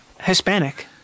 Hispanic